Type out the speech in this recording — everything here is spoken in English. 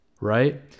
Right